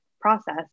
process